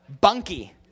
Bunky